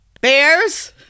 Bears